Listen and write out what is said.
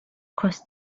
crossed